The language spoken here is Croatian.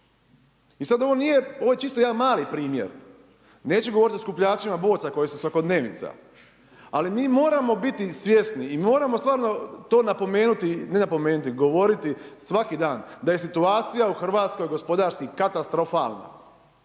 I sad ovo je čisto jedan mali primjer, neću govorit o skupljačima boca koji su svakodnevica. Ali mi moramo biti svjesni i moramo stvarno to napomenuti, ne napomenuti, govoriti svaki dan da je situacija u Hrvatskoj gospodarski katastrofalna.